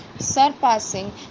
surpassing